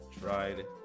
tried